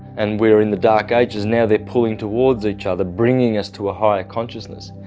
and we are in the dark ages. now they're pulling towards each other, bringing us to a higher consciousness.